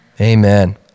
Amen